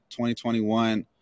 2021